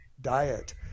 diet